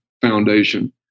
foundation